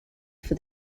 for